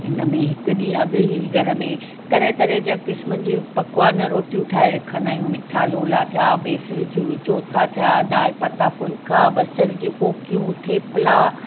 हिन में हिकु ॾींहुं अॻु ई घर में तरहें तरहें जा क़िस्मनि जे पकवान रोटियूं ठाहे रखंदा आहियूं मिठा लोला थिया बेसणी थियूं चौथा थिया दाल पता फुलिका बसर जूं कोकियूं थेपला